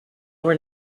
were